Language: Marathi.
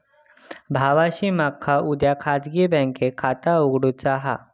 भावाशी मका उद्या खाजगी बँकेत खाता उघडुचा हा